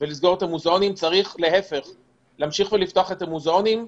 צריך לפתוח את המוזיאונים,